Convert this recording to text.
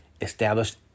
established